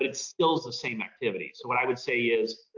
it's still the same activity. so what i would say is,